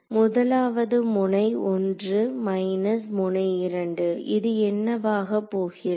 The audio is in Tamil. முதலாவது முனை 1 மைனஸ் முனை 2 இது என்னவாக போகிறது